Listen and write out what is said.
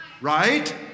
Right